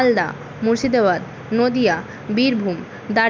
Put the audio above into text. Malda Murshidabad Nadia Birbhum Darjeeling